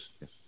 yes